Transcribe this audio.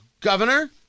Governor